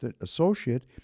associate